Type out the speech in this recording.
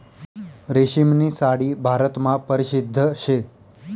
रेशीमनी साडी भारतमा परशिद्ध शे